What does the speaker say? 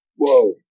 Whoa